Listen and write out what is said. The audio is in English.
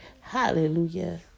Hallelujah